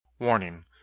Warning